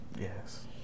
Yes